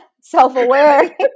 self-aware